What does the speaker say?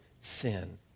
sin